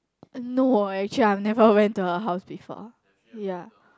no actually I have never went to her house before ya